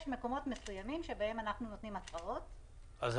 יש מקומות מסוימים שבהם אנחנו נותנים התראות --- אזהרות.